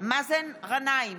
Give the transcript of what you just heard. מאזן גנאים,